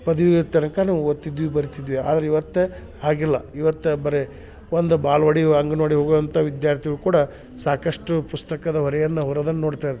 ಪದವಿಯ ತನಕನು ಓದ್ತಿದ್ವಿ ಬರಿತಿದ್ವಿ ಆದ್ರ ಇವತ್ತ ಹಾಗಿಲ್ಲ ಇವತ್ತ ಬರೇ ಒಂದು ಬಾಲ್ವಡಿ ಅಂಗನ್ವಡಿ ಹೋಗುವಂಥ ವಿದ್ಯಾರ್ಥಿಗಳು ಕೂಡ ಸಾಕಷ್ಟು ಪುಸ್ತಕದ ಹೊರೆಯನ್ನು ಹೊರೋದನ್ನ ನೋಡ್ತೇವೆ